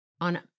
on